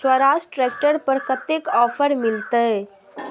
Swaraj tractor पर कतेक offer मिलते?